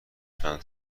چند